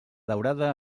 daurada